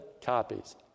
copies